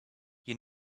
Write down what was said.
you